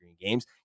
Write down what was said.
Games